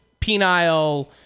penile